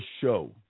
show